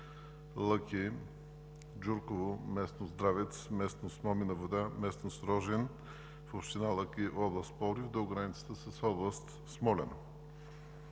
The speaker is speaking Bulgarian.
Лъки“, Джурково – местност Здравец – местност – Момина вода – местност Рожен, в община Лъки, област Пловдив, до границата с област Смолян.